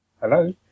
Hello